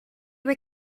were